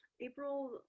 april